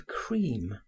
cream